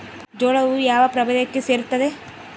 ಜೋಳವು ಯಾವ ಪ್ರಭೇದಕ್ಕೆ ಸೇರುತ್ತದೆ?